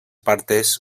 partes